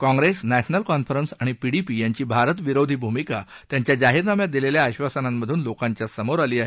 काँग्रेस नध्मिल कॉन्फरन्स आणि पीडीपी यांची भारत विरोधी भूमिका त्यांच्या जाहीरनाम्यात दिलेल्या आश्वासनांमधून लोकांच्या समोर आली आहे